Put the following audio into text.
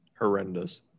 horrendous